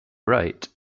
rate